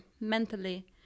mentally